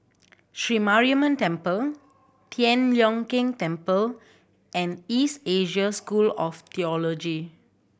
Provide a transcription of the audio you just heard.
Sri Mariamman Temple Tian Leong Keng Temple and East Asia School of Theology